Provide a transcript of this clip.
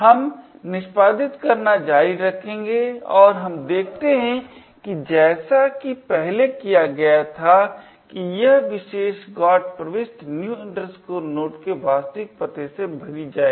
हम निष्पादित करना जारी रखेंगे और हम देखते हैं जैसा कि पहले किया गया था कि यह विशेष GOT प्रविष्टि new node के वास्तविक पते से भरी जाएगी